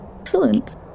Excellent